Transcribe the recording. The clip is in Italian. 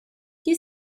chi